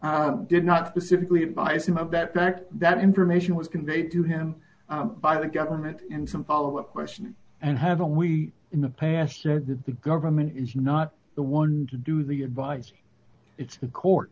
excel did not specifically buy some of that back that information was conveyed to him by the government and some follow up question and haven't we in the past said that the government is not the one to do the advice it's the court